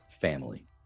family